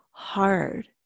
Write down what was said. hard